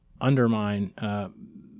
undermine